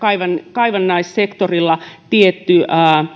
kaivannaissektorilla tietyn